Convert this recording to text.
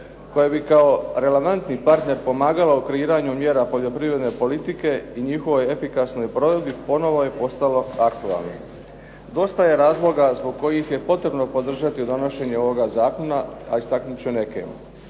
koja bi kao relevantni partner pomagao u kreiranju mjera poljoprivredne politike i njihove efikasne … ponovo je postalo aktualno. Dosta je razloga zbog kojih je potrebno podržati ovoga zakona, a istaknut ću neke.